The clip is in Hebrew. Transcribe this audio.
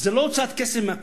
זה לא הוצאת כסף מהקופה.